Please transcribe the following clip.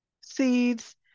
seeds